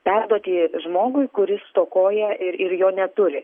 perduoti žmogui kuris stokoja ir ir jo neturi